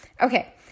Okay